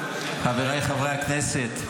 חבריי חברי הכנסת,